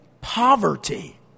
poverty